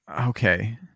okay